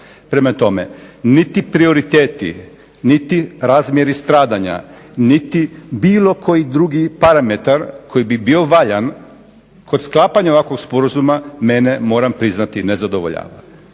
Prema tome niti prioriteti, niti razmjeri stradanja niti bilo koji drugi parametar koji bi bio valjan kod sklapanja ovakvog sporazuma mene moram priznati ne zadovoljava.